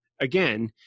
again